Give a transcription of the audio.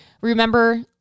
Remember